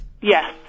Yes